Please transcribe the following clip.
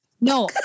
no